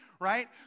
right